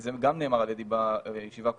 זה גם נאמר על ידי בישיבה הקודמת,